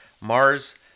Mars